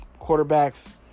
quarterbacks